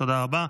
תודה רבה.